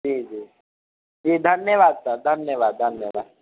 जी जी धन्यवाद सर धन्यवाद धन्यवाद